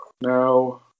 No